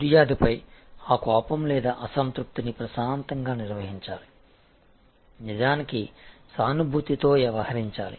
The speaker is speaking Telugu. ఫిర్యాదుపై ఆ కోపం లేదా అసంతృప్తిని ప్రశాంతంగా నిర్వహించాలి నిజానికి సానుభూతితో వ్యవహరించాలి